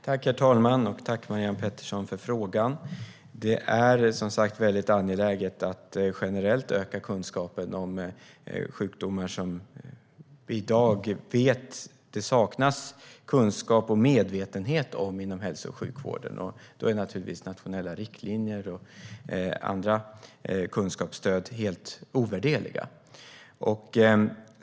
Herr talman! Tack, Marianne Pettersson, för frågan! Det är väldigt angeläget att generellt öka kunskapen om sjukdomar som vi i dag vet att det saknas kunskap och medvetenhet om inom hälso och sjukvården. Då är naturligtvis nationella riktlinjer och andra kunskapsstöd helt ovärderliga.